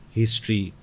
history